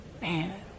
man